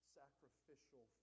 sacrificial